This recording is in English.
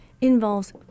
involves